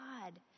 God